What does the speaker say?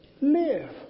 Live